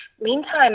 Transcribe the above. Meantime